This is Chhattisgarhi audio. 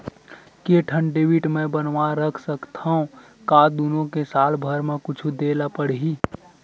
के ठन डेबिट मैं बनवा रख सकथव? का दुनो के साल भर मा कुछ दे ला पड़ही?